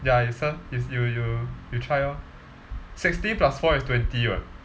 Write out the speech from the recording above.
ya it's s~ you you you try orh sixteen plus four is twenty [what]